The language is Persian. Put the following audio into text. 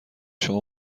شما